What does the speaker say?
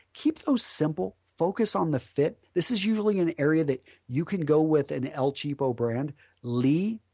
keep those simple, focus on the fit. this is usually an area that you can go with an el-cheapo brand lee,